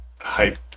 hype